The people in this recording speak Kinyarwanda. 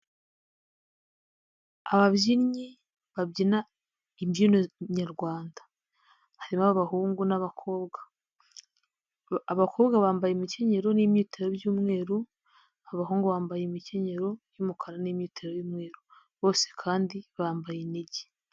Ababyinnyi babyina imbyino nyarwanda harimo abahungu n'abakobwa, abakobwa bambaye imkenyero n'imyito by'umweru, abahungu bambaye imkenyero y'umukara n'imyitero y'umweru, bose kandi bambaye inigi.